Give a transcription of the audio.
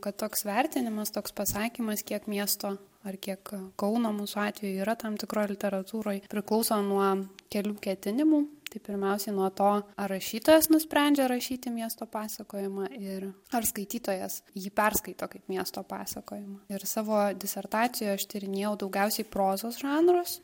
kad toks vertinimas toks pasakymas kiek miesto ar kiek kauno mūsų atveju yra tam tikroj literatūroj priklauso nuo kelių ketinimų tai pirmiausiai nuo to ar rašytojas nusprendžia rašyti miesto pasakojimą ir ar skaitytojas jį perskaito kaip miesto pasakojimą ir savo disertacijoj aš tyrinėjau daugiausiai prozos žanrus